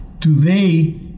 today